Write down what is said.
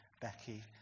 Becky